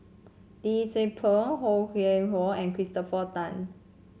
Lee Tzu Pheng Ho Yuen Hoe and Christopher Tan